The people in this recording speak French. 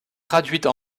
traduites